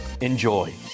Enjoy